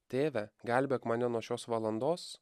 tėve gelbėk mane nuo šios valandos